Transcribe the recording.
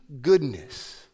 goodness